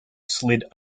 slid